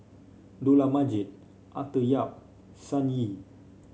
Dollah Majid Arthur Yap Sun Yee